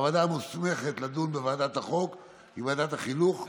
הוועדה המוסמכת לדון בהצעת החוק היא ועדת החינוך,